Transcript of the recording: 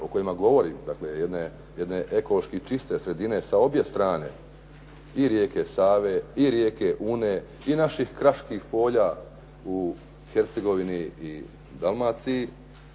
o kojima govori, dakle jedne ekološki čiste sredine sa obje strane i rijeke Save i rijeke Une i naših kraških polja u Hercegovini i Dalmaciji